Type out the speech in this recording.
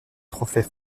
trophées